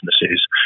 businesses